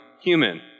human